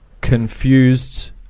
confused